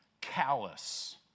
callous